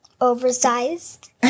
oversized